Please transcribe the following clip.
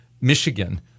Michigan